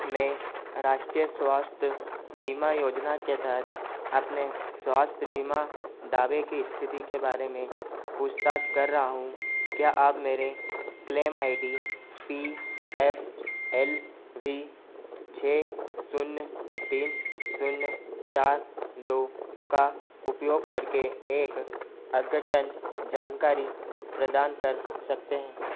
मैं राष्ट्रीय स्वास्थ्य बीमा योजना के तहत अपने स्वास्थ्य बीमा दावे की इस्थिति के बारे में पूछताछ कर रहा हूँ क्या आप मेरे claim I D P F L V छह शून्य तीन शून्य चार दो का उपयोग करके एक अद्यतन जानकारी प्रदान कर सकते हैं